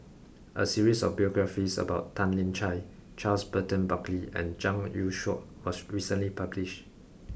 a series of biographies about Tan Lian Chye Charles Burton Buckley and Zhang Youshuo was recently published